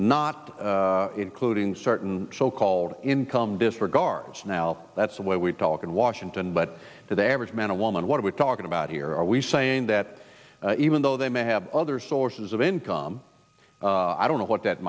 not including certain so called income disregards now that's the way we talk in washington but to the average man or woman what we're talking about here are we saying that even though they may have other sources of income i don't know what that